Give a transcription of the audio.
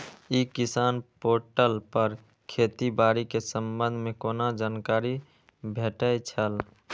ई किसान पोर्टल पर खेती बाड़ी के संबंध में कोना जानकारी भेटय छल?